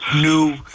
new